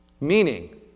Meaning